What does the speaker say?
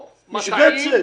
משבצת.